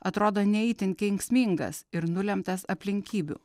atrodo ne itin kenksmingas ir nulemtas aplinkybių